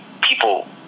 people